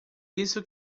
isso